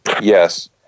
Yes